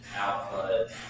output